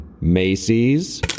Macy's